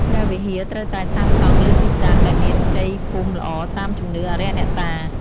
ព្រះវិហារ ត្រូវតែសាងសង់លើទីតាំងដែលមានជ័យភូមិល្អតាមជំនឿអារក្សអ្នកតា។